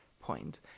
point